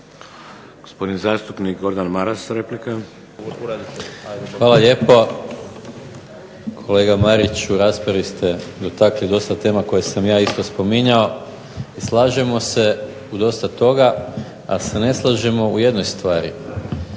Hvala lijepo. Kolega Marić u raspravi ste dotakli dosta tema koje sam ja isto spominjao i slažemo se u dosta toga, ali se ne slažemo u jednoj stvari.